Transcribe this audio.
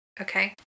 okay